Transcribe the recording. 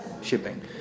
shipping